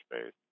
space